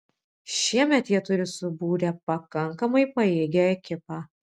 šiemet jie turi subūrę pakankamai pajėgią ekipą